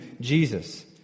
Jesus